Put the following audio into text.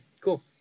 cool